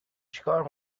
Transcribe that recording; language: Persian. چیکار